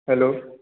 hello